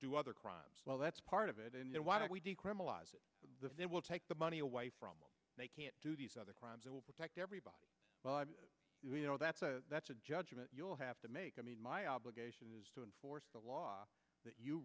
do other crimes well that's part of it and why don't we decriminalize it they will take the money away from they can't do these other crimes that will protect everybody you know that's a that's a judgment you'll have to make i mean my obligation is to enforce the law that you